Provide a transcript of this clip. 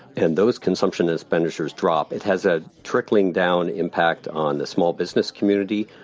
and those consumption expenditures drop, it has a trickling down impact on the small business community.